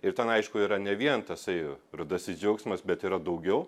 ir ten aišku yra ne vien tasai rudasis džiaugsmas bet yra daugiau